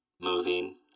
Moving